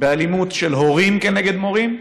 באלימות של הורים כנגד מורים,